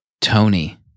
tony